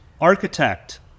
architect